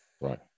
right